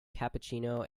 cappuccino